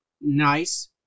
Nice